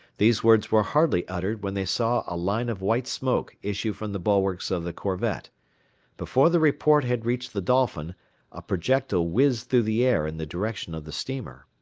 these words were hardly uttered when they saw a line of white smoke issue from the bulwarks of the corvette before the report had reached the dolphin a projectile whizzed through the air in the direction of the steamer.